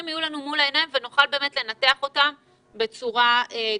יהיו לנו מול העיניים ונוכל באמת לנתח אותם בצורה טובה.